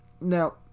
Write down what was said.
Now